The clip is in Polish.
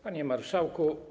Panie Marszałku!